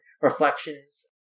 reflections